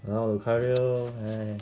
!walao! 我开 lor !hais!